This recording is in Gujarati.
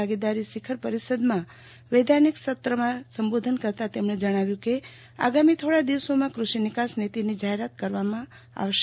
ભાગીદારી શિખર પરિષદમાં વૈધાનિક સત્રમાં સંબોધન કરતા તેમણે જણાવ્યુ કે આગામી થોડા દિવસોમાં કૃષિ નિકાસ નીતિની જાહેરાત કરવામાં આવશે